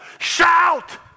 Shout